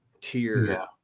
tier